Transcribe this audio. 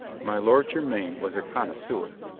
my lord jermyn was a connoisseur.